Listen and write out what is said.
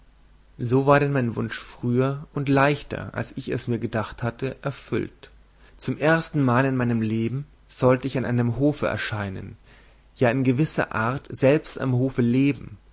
so war denn mein wunsch früher und leichter als ich es mir gedacht hatte erfüllt zum erstenmal in meinem leben sollte ich an einem hofe erscheinen ja in gewisser art selbst am hofe leben